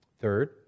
Third